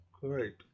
Great